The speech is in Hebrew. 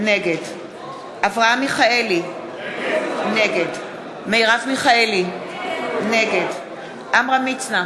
נגד אברהם מיכאלי, נגד מרב מיכאלי, נגד עמרם מצנע,